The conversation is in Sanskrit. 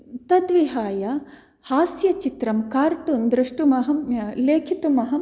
तद्विहाय हास्य चित्रं कार्टून् द्रष्टुम् अहं लेखितुम् अहं